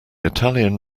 italian